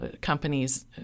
companies